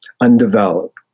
undeveloped